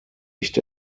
nicht